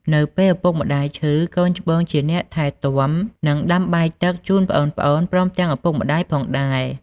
នៅពេលឪពុកម្តាយឈឺ កូនច្បងជាអ្នកថែទាំ និងដាំបាយទឹកជូនប្អូនៗព្រមទាំងឪពុកម្ដាយផងដែរ។